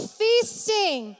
feasting